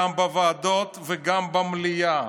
גם בוועדות וגם במליאה,